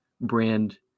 brand